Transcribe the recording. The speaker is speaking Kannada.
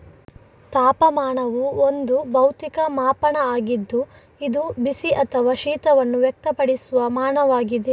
ತಾಪಮಾನವು ಒಂದು ಭೌತಿಕ ಮಾಪನ ಆಗಿದ್ದು ಇದು ಬಿಸಿ ಅಥವಾ ಶೀತವನ್ನು ವ್ಯಕ್ತಪಡಿಸುವ ಮಾನವಾಗಿದೆ